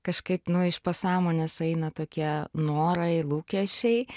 kažkaip nu iš pasąmonės eina tokie norai lūkesčiai